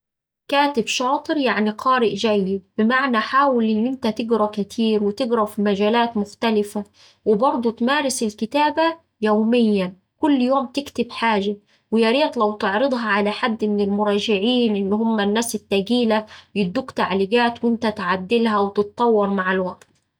كاتب شاطر يعني قارئ جيد بمعنى حاول إن إنت تقرا كتير وتقرا في مجالات مختلفة وبرضه تمارس الكتابة يوميًا كل يوم تكتب حاجة وياريت لو تعرضها على حد من المراجعين اللي هما الناس التقيلة يدوك تعليقات وإنت تعدلها وتتطور مع الوقت.